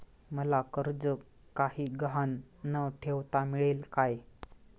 मला कर्ज काही गहाण न ठेवता मिळेल काय?